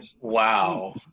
wow